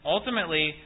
Ultimately